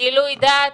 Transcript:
גילוי דעת,